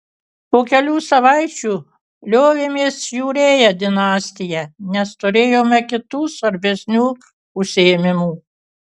po kelių savaičių liovėmės žiūrėję dinastiją nes turėjome kitų svarbesnių užsiėmimų